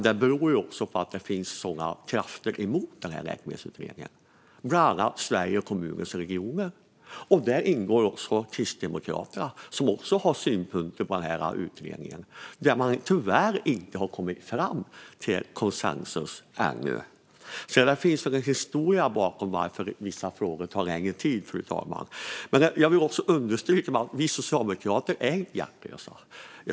Det beror dock också på att det finns starka krafter som går emot utredningen, bland annat Sveriges Kommuner och Regioner. Där ingår Kristdemokraterna som också har synpunkter på utredningen. Där har man tyvärr inte kommit fram till konsensus ännu. Det finns alltså en historia bakom varför vissa frågor tar längre tid, fru talman. Jag vill också understryka att vi socialdemokrater inte är hjärtlösa.